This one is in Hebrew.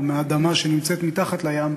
או מהאדמה שנמצאת מתחת לים,